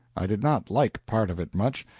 i did not like part of it much,